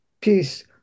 Peace